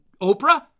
Oprah